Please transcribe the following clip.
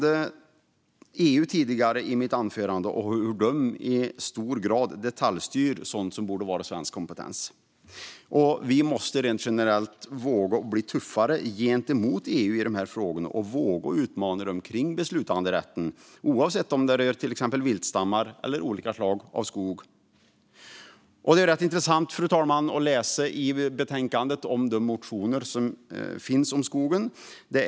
Tidigare i mitt anförande nämnde jag EU och hur de i hög grad detaljstyr sådant som borde vara svensk kompetens. Vi måste generellt våga bli tuffare gentemot EU i dessa frågor och våga utmana dem kring beslutanderätten oavsett om det rör till exempel viltstammar eller olika slag av skog. Fru talman! Det är rätt intressant att läsa i betänkandet om de motioner som finns om skogen.